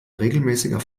regelmäßiger